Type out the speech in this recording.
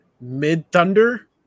Mid-Thunder